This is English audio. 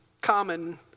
common